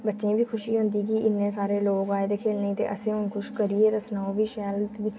बच्चें गी बी खुशी होंदी जे इन्ने सारे लोक आए दे खेढने गी ते असें हून कुछ करियै दस्सना ओह् बी शैल कि